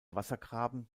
wassergraben